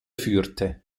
führte